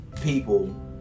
people